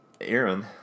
Aaron